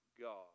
God